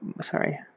sorry –